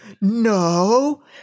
no